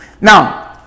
Now